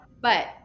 But-